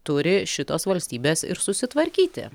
turi šitos valstybės ir susitvarkyti